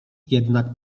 jednak